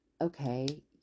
okay